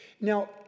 Now